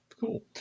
cool